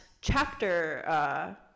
chapter